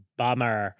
bummer